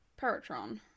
paratron